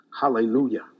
Hallelujah